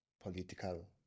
political